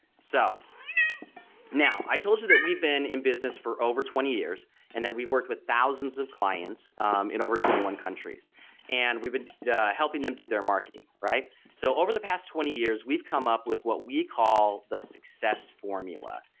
so now i told you that we've been in business for over twenty years and that we've worked with thousands of clients in over twenty one countries and we've been helping them do their marketing right. so over the past twenty years, we've come up with what we call the success formula.